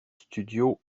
studios